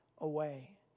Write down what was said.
away